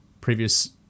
previous